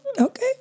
okay